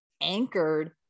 anchored